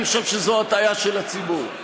אני חושב שזו הטעיה של הציבור.